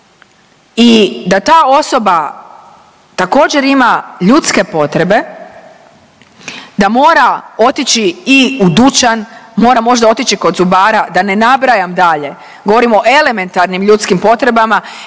i da ta osoba također ima ljudske potrebe, da mora otići i u dućan, mora možda otići kod zubara, da ne nabrajam dalje. Govorim o elementarnim ljudskim potrebama